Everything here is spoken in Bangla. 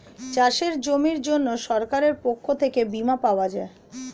চাষের জমির জন্য সরকারের পক্ষ থেকে বীমা পাওয়া যায়